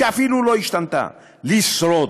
שאפילו לא השתנתה, לשרוד.